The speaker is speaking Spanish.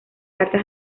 cartas